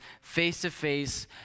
face-to-face